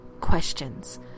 questions